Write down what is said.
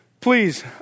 please